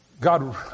God